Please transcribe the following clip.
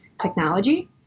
technology